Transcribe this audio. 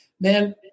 man